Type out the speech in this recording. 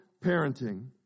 parenting